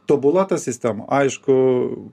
tobula ta sistema aišku